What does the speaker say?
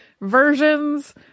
versions